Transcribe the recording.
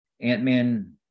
ant-man